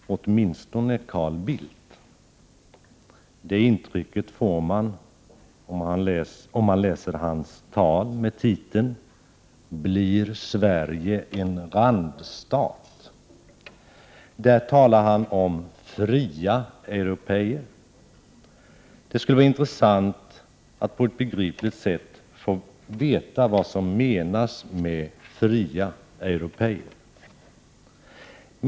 Herr talman! Vem behöver EG? - åtminstone Carl Bildt. Det intrycket får man om man läser hans tal med titeln ”Blir Sverige en randstat?”. Där talar han om ”fria européer”. Det skulle vara intressant att på ett begripligt sätt få redogjort för vad som menas med ”fria européer”.